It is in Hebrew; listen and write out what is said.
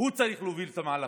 הוא צריך להוביל את המהלכים.